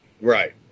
Right